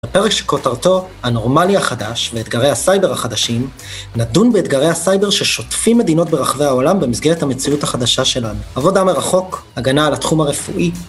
בפרק שכותרתו, הנורמלי החדש ואתגרי הסייבר החדשים, נדון באתגרי הסייבר ששוטפים מדינות ברחבי העולם במסגרת המציאות החדשה שלנו. עבודה מרחוק, הגנה על התחום הרפואי.